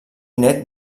nét